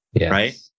right